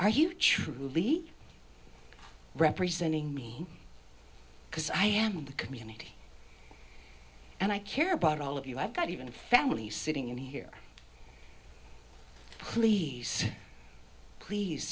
you truly representing me because i am the community and i care about all of you i've got even family sitting in here please please